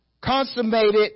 consummated